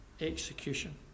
execution